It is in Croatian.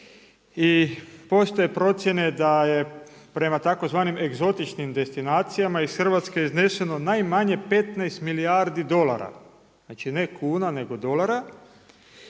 I postoje procjene da je prema tzv. egzotičnim destinacijama iz Hrvatske izneseno najmanje 15 milijardi dolara. Znači ne kuna, nego dolara